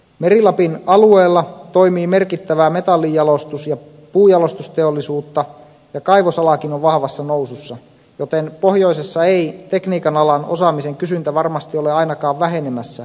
meri lapin alueella toimii merkittävää metallinjalostus ja puunjalostusteollisuutta ja kaivosalakin on vahvassa nousussa joten pohjoisessa ei tekniikan alan osaamisen kysyntä varmasti ole ainakaan vähenemässä päinvastoin